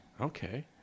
Okay